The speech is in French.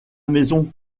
maison